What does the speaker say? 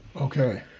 Okay